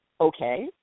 Okay